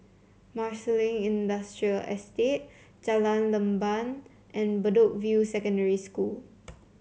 Marsiling Industrial Estate Jalan Leban and Bedok View Secondary School